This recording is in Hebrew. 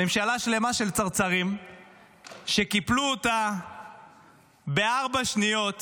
ממשלה שלמה של צרצרים שקיפלו אותה בארבע שניות